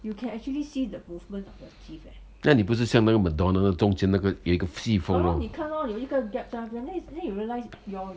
那你不是下面是 madonna 中间有个气缝 lor